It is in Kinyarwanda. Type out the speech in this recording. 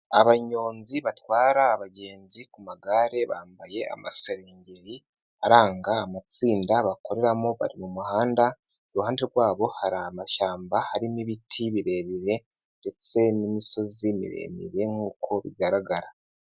Abanyonzi batwara abagenzi ku magare bambaye amasengeri aranga amatsinda bakoreramo mu muhanda, iruhande rwabo hari amashyamba harimo ibiti birebire, ndetse n'imisozi miremire nk'uko bigaragara.